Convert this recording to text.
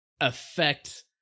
affect